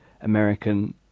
American